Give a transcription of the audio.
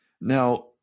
Now